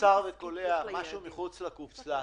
קצר וקולע משהו מחוץ לקופסה.